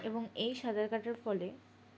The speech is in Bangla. এবং এই সাঁতার কাটার ফলে